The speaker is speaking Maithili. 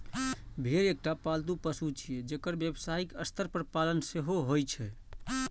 भेड़ एकटा पालतू पशु छियै, जेकर व्यावसायिक स्तर पर पालन सेहो होइ छै